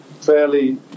fairly